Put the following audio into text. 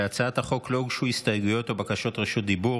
להצעת החוק לא הוגשו הסתייגויות או בקשות דיבור.